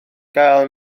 gael